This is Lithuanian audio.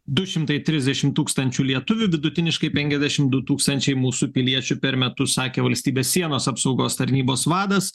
du šimtai trisdešimt tūkstančių lietuvių vidutiniškai penkiasdešimt du tūkstančiai mūsų piliečių per metus sakė valstybės sienos apsaugos tarnybos vadas